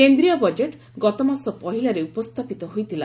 କେନ୍ଦ୍ରୀୟ ବଜେଟ୍ ଗତମାସ ପହିଲାରେ ଉପସ୍ଥାପିତ ହୋଇଥିଲା